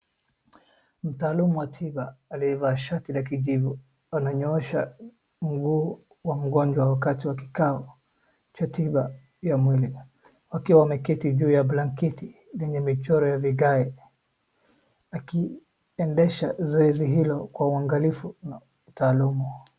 Mtaalumu wa tiba aliyevaa shati la kijivu ananyoosha mguu wa mgonjwa wakati wa kikaoa cha tiba ya mwili. Wakiwa wameketi juu ya blanketi lenye michoro ya vigae akiendesha zoezi hilo kwa uangalifu na utaalumu.